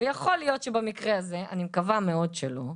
יכול להיות שבמקרה הזה, אני מקווה מאוד שלא,